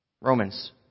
Romans